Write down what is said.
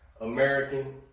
American